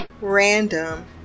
Random